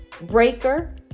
Breaker